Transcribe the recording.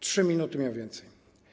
3 minuty miał więcej.